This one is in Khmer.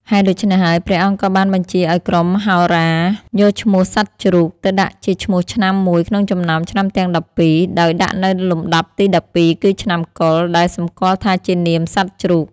ហេតុដូច្នេះហើយ ព្រះអង្គក៏បានបញ្ជាឱ្យក្រុមហោរាយកឈ្មោះសត្វជ្រូក ទៅដាក់ជាឈ្មោះឆ្នាំមួយក្នុងចំណោមឆ្នាំទាំងដប់ពីរ ដោយដាក់នៅលំដាប់ទី១២ គឺ ឆ្នាំកុរ ដែលសម្គាល់ថាជានាមសត្វជ្រូក។